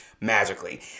magically